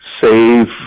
save